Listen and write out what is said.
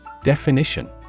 Definition